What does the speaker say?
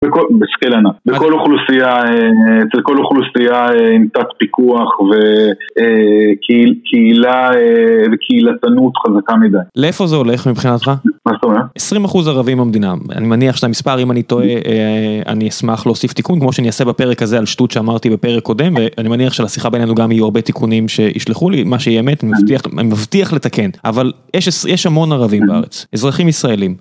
בכל אוכלוסייה, כל אוכלוסייה עם תת פיקוח וקהילתנות חזקה מדי. לאיפה זה הולך מבחינתך? מה זאת אומרת? 20 אחוז ערבים במדינה, אני מניח שאת המספר אם אני טועה אני אשמח להוסיף תיקון כמו שאני אעשה בפרק הזה על שטות שאמרתי בפרק קודם, ואני מניח שלשיחה בינינו גם יהיו הרבה תיקונים שישלחו לי, מה שאי אמת אני מבטיח לתקן, אבל יש המון ערבים בארץ, אזרחים ישראלים.